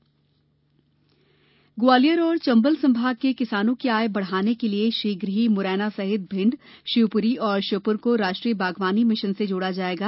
कृषि मंत्री तोमर ग्वालियर और चंबल संभाग के किसानों की आय बढाने के लिये शीघ्र ही मुरैना सहित भिण्ड शिवपुरी और श्योपुर को राष्ट्रीय बागवानी मिशन से जोडा जायेगा